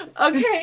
Okay